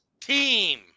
team